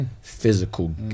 physical